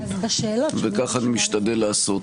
וככה אני משתדל לעשות,